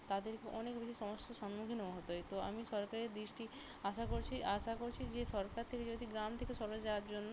তাদেরকে অনেক বেশি সমস্যার সম্মুখীনও হতে হয় তো আমি সরকারের দৃষ্টি আশা করছি আশা করছি যে সরকার থেকে যদি গ্রাম থেকে শহরে যাওয়ার জন্য